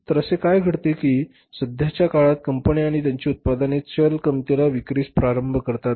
तर असे काय घडते की सध्याच्या काळात कंपन्या त्यांची उत्पादने बाजारात चल किंमतीला विक्रीस प्रारंभ करतात